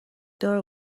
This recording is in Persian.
دار